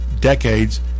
decades